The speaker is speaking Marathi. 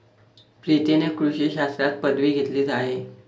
प्रीतीने कृषी शास्त्रात पदवी घेतली आहे